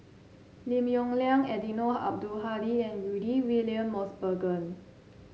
Lim Yong Liang Eddino Abdul Hadi and Rudy William Mosbergen